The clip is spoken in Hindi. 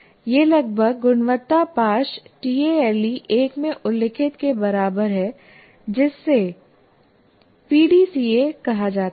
यह लगभग गुणवत्ता पाश टीएएलई 1 में उल्लिखित के बराबर है जिसे पीडीसीए कहा जाता है